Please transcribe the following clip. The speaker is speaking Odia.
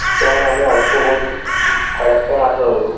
ତାକୁ ଆମେମାନେ ଅଳ୍ପ ବହୁତ ଅଳ୍ପ ମାଛ ଧରୁ